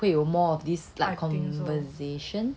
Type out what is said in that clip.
会有 more of this like conversation